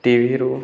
ଟିଭିରୁ